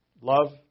love